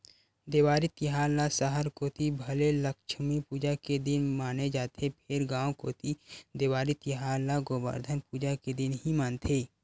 देवारी तिहार ल सहर कोती भले लक्छमी पूजा के दिन माने जाथे फेर गांव कोती देवारी तिहार ल गोबरधन पूजा के दिन ही मानथे